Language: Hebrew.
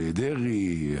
על דרעי.